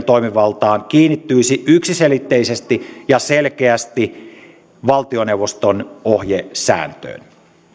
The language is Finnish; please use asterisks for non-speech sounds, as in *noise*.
*unintelligible* toimivalta kiinnittyisi yksiselitteisesti ja selkeästi valtioneuvoston ohjesääntöön